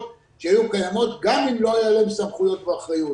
שהיו קיימות גם אם לא היו להן סמכויות ואחריות.